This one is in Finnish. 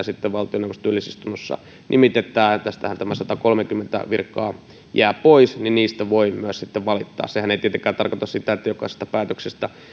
sitten valtioneuvoston yleisistunnossa nimitetään tästähän nämä satakolmekymmentä virkaa jäävät pois voi myös sitten valittaa sehän ei tietenkään tarkoita sitä että jokaisesta päätöksestä